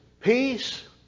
Peace